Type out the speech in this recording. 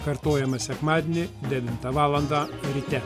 kartojama sekmadienį devintą valandą ryte